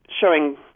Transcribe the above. showing